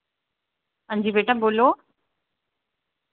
हांजी बेटा बोल्लो